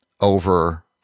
over